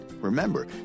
Remember